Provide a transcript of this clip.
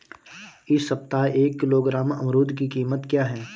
इस सप्ताह एक किलोग्राम अमरूद की कीमत क्या है?